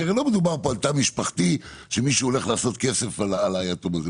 כי הרי לא מדובר פה על תא משפחתי שמישהו הולך לעשות כסף על היתום הזה,